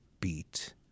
beat